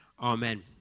Amen